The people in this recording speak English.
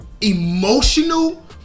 emotional